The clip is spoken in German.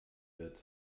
wird